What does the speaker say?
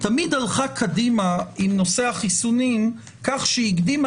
תמיד הלכה קדימה עם נושא החיסונים כך שהיא הקדימה